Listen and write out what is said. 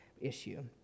issue